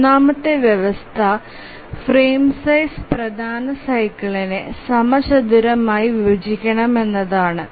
മൂന്നാമത്തെ വ്യവസ്ഥ frame size പ്രധാന സൈക്കിൾനേ സമചതുരമായി വിഭജിക്കണം എന്നതാണ്